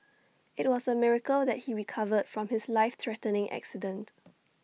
IT was A miracle that he recovered from his life threatening accident